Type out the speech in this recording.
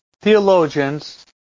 theologians